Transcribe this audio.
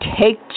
take